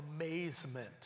amazement